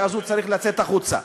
ואז הוא צריך לצאת החוצה?